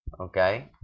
Okay